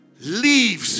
leaves